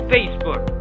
Facebook